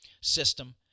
system